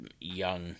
young